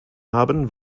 haben